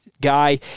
guy